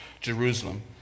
Jerusalem